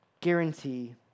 guarantee